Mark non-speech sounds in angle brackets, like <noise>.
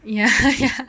ya <laughs> ya